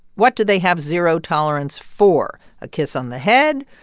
what do they have zero tolerance for? a kiss on the head?